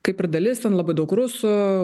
kaip ir dalis ten labai daug rusų